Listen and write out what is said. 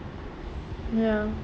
ya